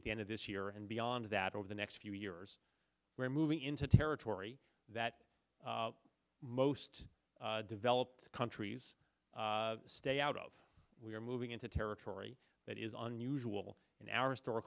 at the end of this year and beyond that over the next few years we're moving into territory that most developed countries stay out of we are moving into territory that is unusual in our histor